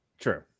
True